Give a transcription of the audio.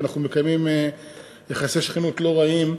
ואנחנו מקיימים יחסי שכנות לא רעים,